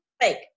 fake